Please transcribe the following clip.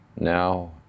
Now